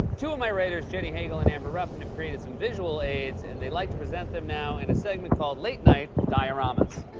two of my writers, jenny hagel and amber ruffin, have created some visual aids. and they'd like to present them now in a segment called late night dioramas.